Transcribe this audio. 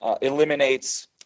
eliminates